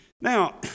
Now